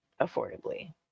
affordably